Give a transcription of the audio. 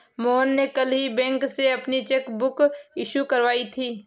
मोहन ने कल ही बैंक से अपनी चैक बुक इश्यू करवाई थी